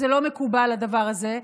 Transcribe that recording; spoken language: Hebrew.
לא מקובל הדבר הזה,